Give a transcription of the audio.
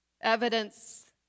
Evidence